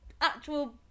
actual